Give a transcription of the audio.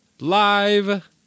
live